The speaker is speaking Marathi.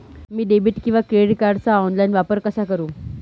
मी डेबिट किंवा क्रेडिट कार्डचा ऑनलाइन वापर कसा करु?